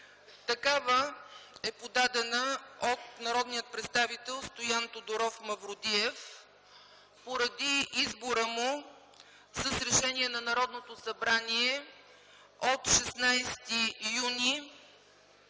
Такава е подадена от народния представител Стоян Тодоров Мавродиев поради избора му с решение на Народното събрание от 16 юни